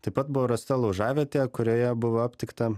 taip pat buvo rasta laužavietė kurioje buvo aptikta